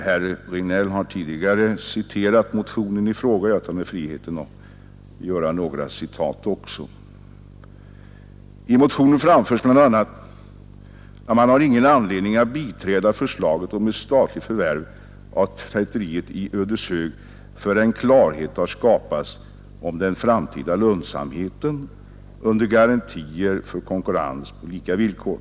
Herr Regnéll har tidigare citerat motionen i fråga, och jag tar mig friheten att också göra några citat. I motionen anförs bl.a. att motionärerna inte ser någon anledning att ”biträda förslaget om ett statligt förvärv av tvätteriet i Ödeshög förrän klarhet har skapats om den framtida lönsamheten under garantier för konkurrens på lika villkor”.